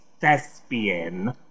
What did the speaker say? thespian